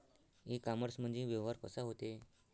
इ कामर्समंदी व्यवहार कसा होते?